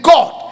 God